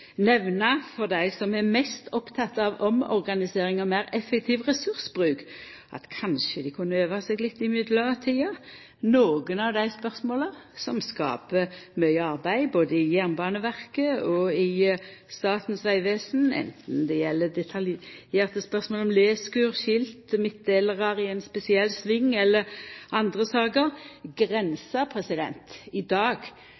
nemna for dei som er mest opptekne av omorganisering og meir effektiv ressursbruk, at kanskje dei kunne øva seg litt i mellomtida. Nokre av dei spørsmåla som skaper mykje arbeid både i Jernbaneverket og i Statens vegvesen, anten det gjeld detaljerte spørsmål om leskur, skilt, midtdelarar i ein spesiell sving eller andre saker, grensar i dag